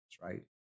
right